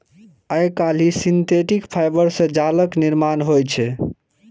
आइकाल्हि synthetic fibre सं जालक निर्माण होइ छै